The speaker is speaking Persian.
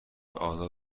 آزاده